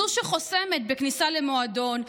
זו שחוסמת בכניסה למועדון,